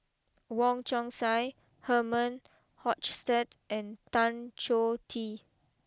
Wong Chong Sai Herman Hochstadt and Tan Choh Tee